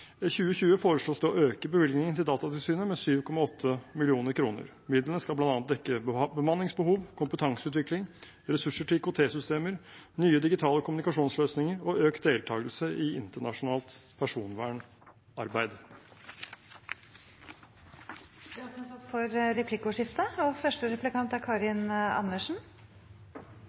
2020 foreslås det å øke bevilgningen til Datatilsynet med 7,8 mill. kr. Midlene skal bl.a. dekke bemanningsbehov, kompetanseutvikling, ressurser til IKT-systemer, nye digitale kommunikasjonsløsninger og økt deltagelse i internasjonalt personvernarbeid. Det blir replikkordskifte. Vi har nettopp fått framlagt regjeringens budsjett for neste år, og